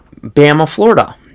Bama-Florida